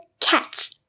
cats